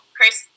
Chris